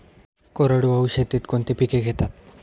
कोरडवाहू शेतीत कोणती पिके घेतात?